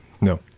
No